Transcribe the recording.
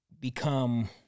become